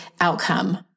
outcome